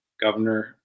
Governor